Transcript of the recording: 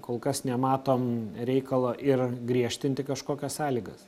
kol kas nematom reikalo ir griežtinti kažkokias sąlygas